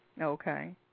Okay